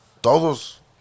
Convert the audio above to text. todos